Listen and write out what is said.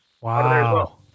wow